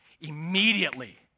immediately